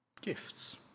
Gifts